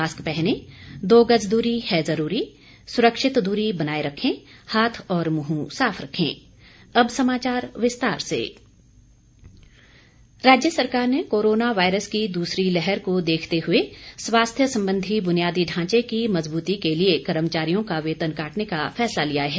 mask पहनें दो गज दूरी है जरूरी सुरक्षित दूरी बनाये रखें हाथ और मुंह साफ रखें वेतन कटौती राज्य सरकार ने कोरोना वायरस की दूसरी लहर को देखते हुए स्वास्थ्य संबंधी बुनियादी ढांचे की मज़बूती के लिए कर्मचारियों का वेतन काटने का फैसला लिया है